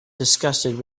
disgusted